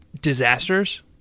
disasters